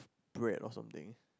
bread or something